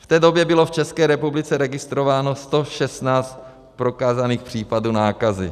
V té době bylo v České republice registrováno 116 prokázaných případů nákazy.